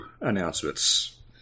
announcements